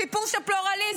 סיפור של פלורליזם,